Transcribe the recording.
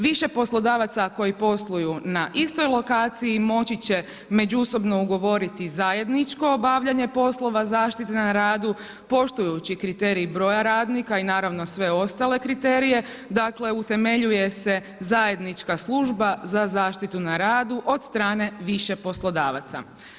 Više poslodavaca koji posluju na istoj lokaciji moći će međusobno ugovoriti zajedničko obavljanje poslova zaštite na radu, poštujući kriterije broja radnika i naravno, sve ostale kriterije, dakle utemeljuje se zajednička služba za zaštitu na radu od strane više poslodavaca.